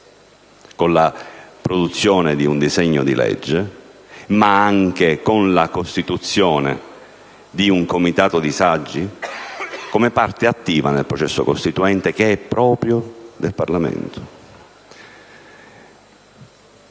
con la produzione di un disegno di legge, ma anche con la costituzione di un Comitato di saggi, come parte attiva del processo costituente che è proprio del Parlamento.